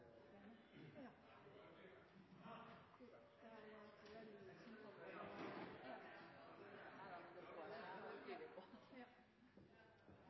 President! Det